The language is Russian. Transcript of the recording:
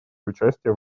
участие